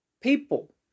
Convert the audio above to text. people